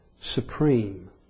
supreme